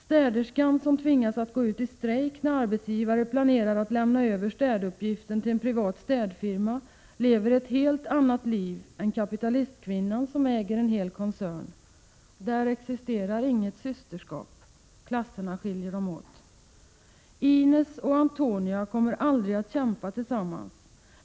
Städerskan som tvingas att gå uti strejk när arbetsgivare planerar att lämna över städuppgifterna till en privat städfirma lever ett helt annat liv än kapitalistkvinnan som äger en hel koncern. Där existerar inget systerskap — klasserna skiljer dem åt. Inez och Antonia kommer aldrig att kämpa tillsammans.